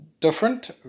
different